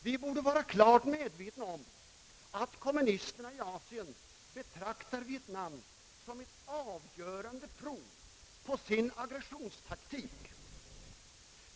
Vi borde vara klart medvetna om att kommunisterna i Asien betraktar Vietnam såsom ett avgörande prov på sin aggressionstaktik.